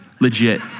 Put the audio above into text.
Legit